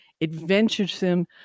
adventuresome